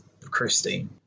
Christine